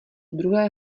druhé